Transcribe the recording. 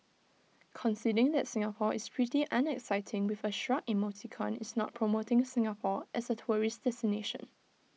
conceding that Singapore is pretty unexciting with A shrug emoticon is not promoting Singapore as A tourist destination